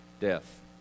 Death